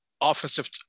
offensive